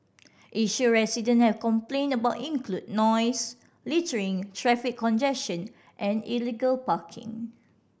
issue resident have complained about include noise littering traffic congestion and illegal parking